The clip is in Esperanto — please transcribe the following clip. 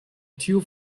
tiu